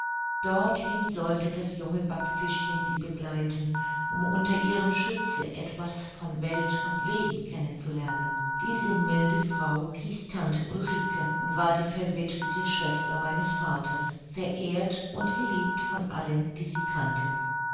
dorthin sollte das junge backfischchen sie begleiten um unter ihrem schutze etwas von welt und leben kennen zu lernen diese milde frau hieß tante ulrike und war die verwittwete schwester meines vaters verehrt und geliebt von allen die sie kannten